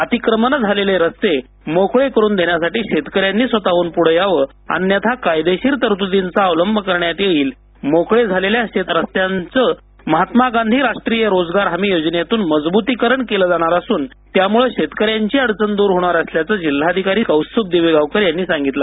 अतिक्रमण झालेले रस्ते मोकळे करून देण्यासाठी शेतकऱ्यांनी स्वतःहून पुढे यावे अन्यथा कायदेशीर तरतूदींचा वापर अवलंब करण्यात येईल मोकळे झालेल्या शेत रस्त्यांचे महात्मा गांधी राष्ट्रीय रोजगार हमी योजनेतून मजब्तीकरण केले जाणार असून त्यामुळे शेतकऱ्यांची अडचण दूर होणार असल्याचे जिल्हाधिकारी श्री कौस्तुभ दिवेगावकर यांनी सांगितल